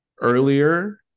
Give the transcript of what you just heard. earlier